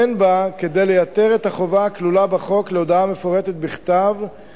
אין בה כדי לייתר את החובה הכלולה בחוק להודעה מפורטת בכתב,